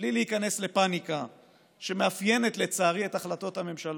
בלי להיכנס לפניקה שמאפיינת לצערי את החלטות הממשלה,